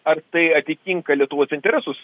ar tai atitinka lietuvos interesus